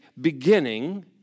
beginning